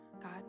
God